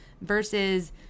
versus